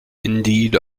indeed